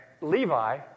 Levi